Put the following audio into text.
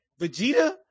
Vegeta